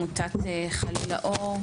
עמותת ׳חליל האור׳.